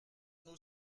nos